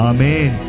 Amen